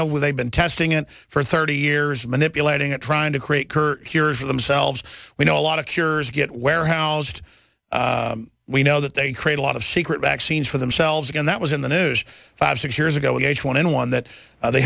know where they've been testing it for thirty years manipulating it trying to create her cures for themselves we know a lot of cures get warehoused we know that they create a lot of secret vaccines for themselves and that was in the news five six years ago h one n one that